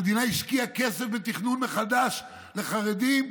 המדינה השקיעה כסף בתכנון מחדש לחרדים,